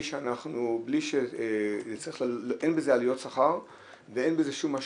שאנחנו אין בזה עליות שכר ואין בזה שום משמעות.